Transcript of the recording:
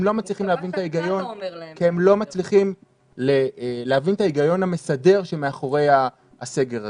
לא מצליחים להבין את ההיגיון המסדר שמאחורי הסגר הזה.